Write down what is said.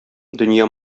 дөнья